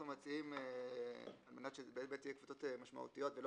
אנחנו מציעים שהן באמת תהיינה קבוצות משמעותיות ולא